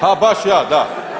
Pa baš ja, da.